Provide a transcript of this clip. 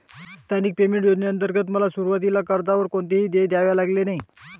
स्थगित पेमेंट योजनेंतर्गत मला सुरुवातीला कर्जावर कोणतेही देय द्यावे लागले नाही